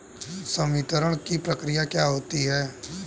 संवितरण की प्रक्रिया क्या होती है?